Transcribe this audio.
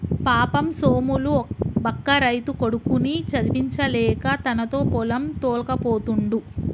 పాపం సోములు బక్క రైతు కొడుకుని చదివించలేక తనతో పొలం తోల్కపోతుండు